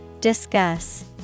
Discuss